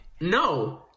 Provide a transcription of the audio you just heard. No